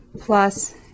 plus